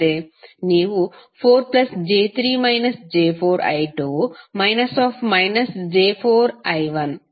ನೀವು 4j3−j4I2 −−j4I1 0